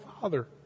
Father